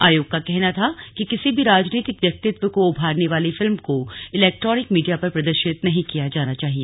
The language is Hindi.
आयोग का कहना था कि किसी भी राजनीतिक व्यक्तित्व को उभारने वाली फिल्म को इलेक्ट्रोनिक मीडिया पर प्रदर्शित नहीं किया जाना चाहिए